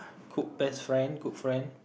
good best friend good friend